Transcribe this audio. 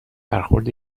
برخورد